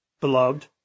beloved